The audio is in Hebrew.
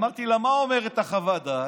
אמרתי לה: מה אומרת חוות הדעת?